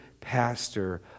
pastor